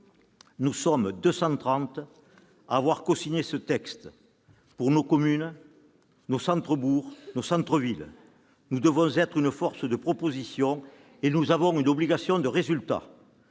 230 sénateurs à avoir cosigné ce texte ; pour nos communes, nos centres-bourgs, nos centres-villes, nous devons être une force de proposition et nous avons une obligation de résultat